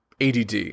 ADD